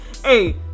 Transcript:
Hey